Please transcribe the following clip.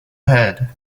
ahead